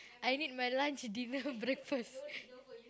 I need my lunch dinner breakfast